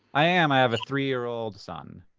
i am. i have a three year old son.